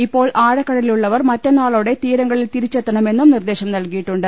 ഇപ്പോൾ ആഴക്കടലിലുള്ളവർ മറ്റന്നാളോടെ തീരങ്ങളിൽ തിരിച്ചെത്തണമെന്നും നിർദേശം നൽകി യിട്ടുണ്ട്